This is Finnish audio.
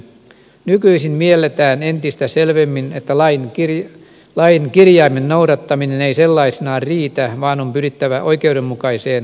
nykyisin mielletään entistä selvemmin että lain kirjaimen noudattaminen ei sellaisenaan riitä vaan on pyrittävä oikeudenmukaiseen lopputulokseen